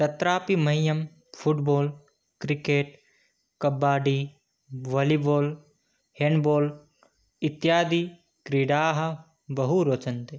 तत्रापि मह्यं football cricket kabaddi volleyball handball इत्यादिक्रीडाः बहु रोचन्ते